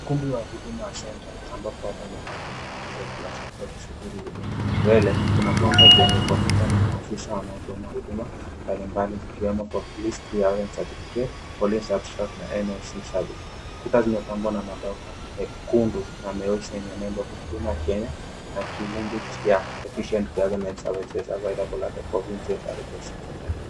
Ukumbi wa Huduma center ambapo watu wamekaa kwenye viti za plastiki wakisubiri huduma. Mbele kuna kaunta zenye kompyuta na maafisa wanaotoa mahuduma mbalimbali zikiwemo compliance awareness certificate, police service na NIC service . Kuta zimepambwa na mabango mekundu na meusi yenye nembo ya Huduma Kenya na kilumbi ya, "Efficient government services available at convenience of citizen" .